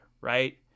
right